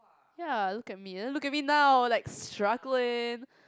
ya look at me then look at me now like struggling